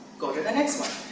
go to the next one,